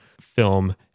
film